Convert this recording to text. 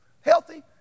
healthy